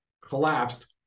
collapsed